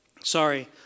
Sorry